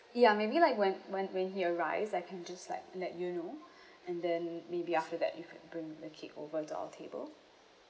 ya maybe like when when when he arrives I can just like let you know and then maybe after that you could bring the cake over to our table